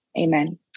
Amen